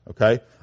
Okay